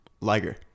liger